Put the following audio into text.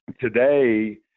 today